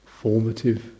formative